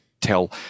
tell